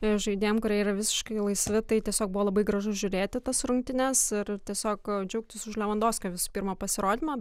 žaidėjam kurie yra visiškai laisvi tai tiesiog buvo labai gražu žiūrėti į tas rungtynes ir tiesiog džiaugtis už levandofskio visu pirma pasirodymą